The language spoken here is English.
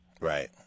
Right